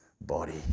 body